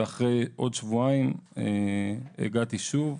אחרי עוד שבועיים הגעתי שוב,